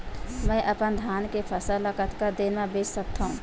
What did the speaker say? मैं अपन धान के फसल ल कतका दिन म बेच सकथो?